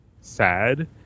sad